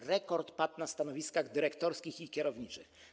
Rekord padł na stanowiskach dyrektorskich i kierowniczych.